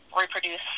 reproduce